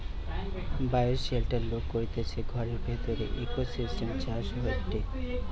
bioshelter লোক করতিছে ঘরের ভিতরের ইকোসিস্টেম চাষ হয়টে